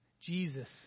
Jesus